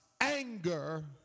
anger